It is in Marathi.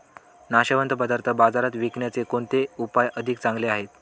नाशवंत पदार्थ बाजारात विकण्याचे कोणते उपाय अधिक चांगले आहेत?